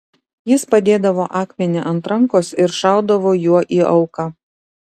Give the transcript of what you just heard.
jis padėdavo akmenį ant rankos ir šaudavo juo į auką